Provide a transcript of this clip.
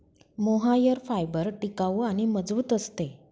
mohair fibre टिकाऊ आणि मजबूत असते